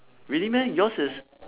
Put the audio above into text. really meh yours is